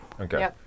Okay